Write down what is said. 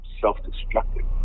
self-destructive